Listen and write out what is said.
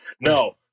No